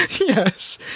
Yes